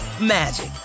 magic